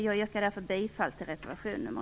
Jag yrkar därför bifall till reservation nr